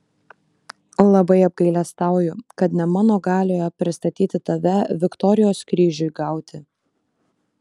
labai apgailestauju kad ne mano galioje pristatyti tave viktorijos kryžiui gauti